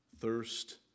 thirst